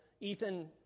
Ethan